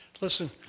Listen